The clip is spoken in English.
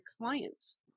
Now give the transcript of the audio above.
clients